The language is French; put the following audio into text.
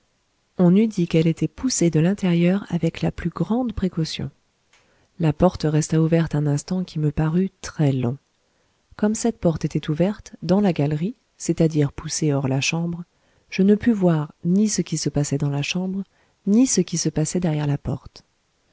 on eût dit qu'elle était poussée de l'intérieur avec la plus grande précaution la porte resta ouverte un instant qui me parut très long comme cette porte était ouverte dans la galerie c'est-à-dire poussée hors de la chambre je ne pus voir ni ce qui se passait dans la chambre ni ce qui se passait derrière la porte